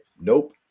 nope